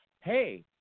hey